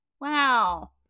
Wow